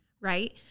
Right